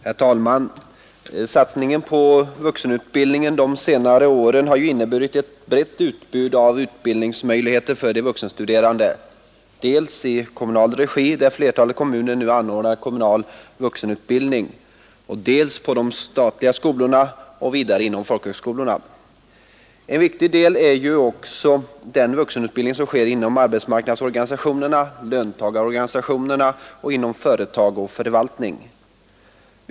Herr talman! Satsningen på vuxenutbildning de senare åren har inneburit ett brett utbud av utbildningsmöjligheter för de vuxenstuderande, dels i kommunal regi där flertalet kommuner nu anordnar kommunal vuxenutbildning, dels på de statliga skolorna, dels ock inom folkhögskolorna. En viktig del är också den vuxenutbildning som sker inom <arbetsmarknadsorganisationerna, löntagarorganisationerna och inom företag och förvaltning.